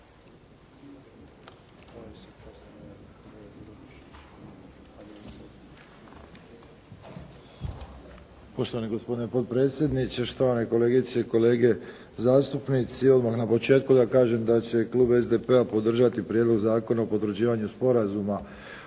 Poštovani gospodine potpredsjedniče, štovane kolegice i kolege zastupnici. Odmah na početku da kažem da će klub SDP-a podržati Prijedlog Zakona o potvrđivanju sporazuma,